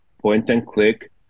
point-and-click